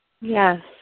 Yes